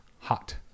Hot